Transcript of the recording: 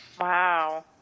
Wow